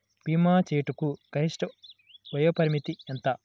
భీమా చేయుటకు గరిష్ట వయోపరిమితి ఎంత?